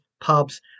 pubs